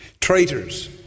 Traitors